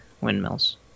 windmills